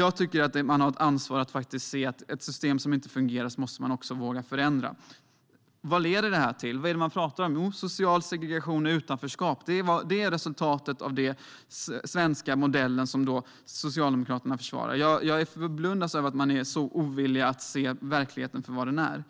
Jag tycker att man har ett ansvar att våga förändra ett system som inte fungerar. Vad leder detta till? Jo, till social segregation och utanförskap. Det är resultatet av den svenska modell som Socialdemokraterna försvarar. Jag förundras över att man är så ovillig att se verkligheten som den är.